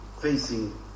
facing